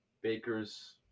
Baker's